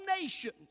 nations